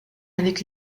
avec